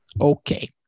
Okay